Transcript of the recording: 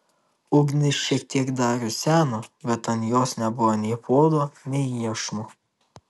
ugnis šiek tiek dar ruseno bet ant jos nebuvo nei puodo nei iešmo